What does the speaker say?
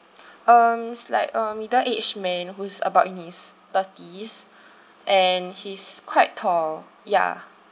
um he's like a middle aged man who's about in his thirties and he's quite tall ya